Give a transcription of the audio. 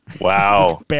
wow